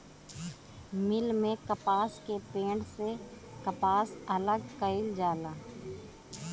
मिल में कपास के पेड़ से कपास अलग कईल जाला